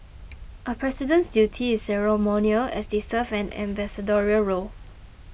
a president's duty is ceremonial as they serve an ambassadorial role